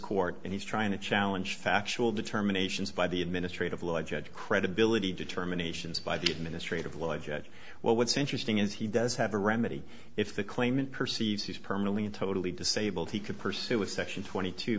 court and he's trying to challenge factual determinations by the administrative law judge credibility determinations by the administrative law judge well what's interesting is he does have a remedy if the claimant perceives permanently and totally disabled he could pursue with section twenty two